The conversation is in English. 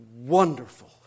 wonderful